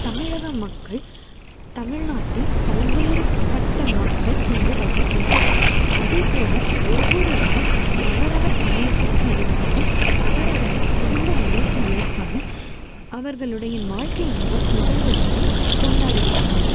தமிழக மக்கள் தமிழ்நாட்டில் பல்வேறுப்பட்ட மக்கள் இங்கு வசிக்கின்றனர் அதேப்போல் ஒவ்வொருவரும் அவரவர் சமயத்திற்கு ஏற்பவும் அவரவரின் குடும்ப முறைக்கு ஏற்பவும் அவர்களுடைய வாழ்க்கை நிவ நிகழ்வுகளை கொண்டாடுகின்றனர்